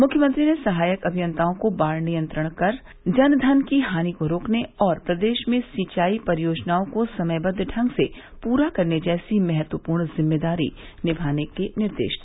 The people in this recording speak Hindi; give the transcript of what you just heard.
मुख्यमंत्री ने सहायक अभियंताओं को बाढ़ नियंत्रण कर जन धन की हानि को रोकने और प्रदेश में सिंचाई परियोजनाओं को समयदद्व ढंग से पूरा करने जैसी महत्वपूर्ण जिम्मेदारी निमाने का निर्देश दिया